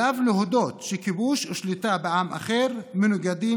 עליו להודות שכיבוש ושליטה בעם אחר מנוגדים